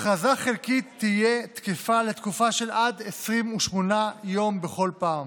הכרזה חלקית תהיה תקפה לתקופה של עד 28 יום בכל פעם.